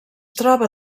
troba